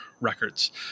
records